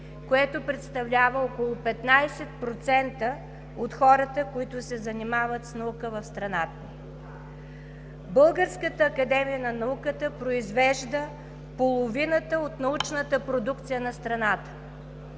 което представлява около 15% от хората, които се занимават с наука в страната. Българската академия на науката произвежда половината от научната продукция в страната.